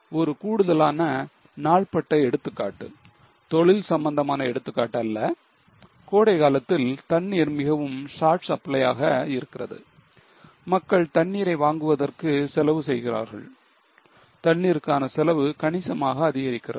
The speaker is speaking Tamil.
ஒரு கூடுதலான நாள்பட்ட எடுத்துக்காட்டு தொழில் சம்பந்தமான எடுத்துக்காட்டு அல்ல கோடைகாலத்தில் தண்ணீர் மிகவும் short supply யாக இருக்கிறது மக்கள் தண்ணீரை வாங்குவதற்கு செலவு செய்கிறார்கள் தண்ணீருக்கான செலவு கணிசமாக அதிகரிக்கிறது